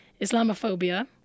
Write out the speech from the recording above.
Islamophobia